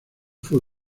fue